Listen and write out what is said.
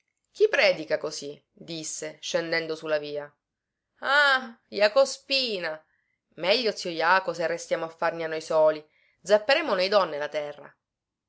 chi predica così disse scendendo su la via ah jaco spina meglio zio jaco se restiamo a farnia noi soli zapperemo noi donne la terra